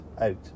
out